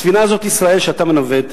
הספינה הזאת שאתה מנווט,